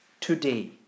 today